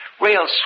real